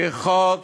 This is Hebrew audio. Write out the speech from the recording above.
כי חוק